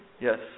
Yes